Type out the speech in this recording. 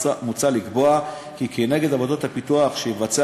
מוצע לקבוע כי כנגד עבודות הפיתוח שיבצע